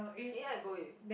maybe I go with